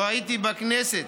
לא הייתי בכנסת,